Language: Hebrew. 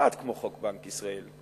כמעט כמו חוק בנק ישראל,